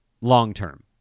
long-term